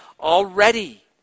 already